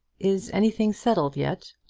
is anything settled yet?